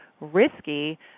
risky